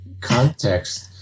context